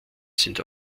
sind